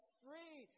free